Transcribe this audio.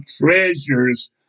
treasures